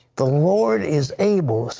the lord is able.